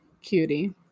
cutie